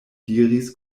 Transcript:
diris